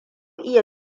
iya